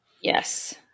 Yes